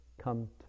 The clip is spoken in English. come